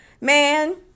man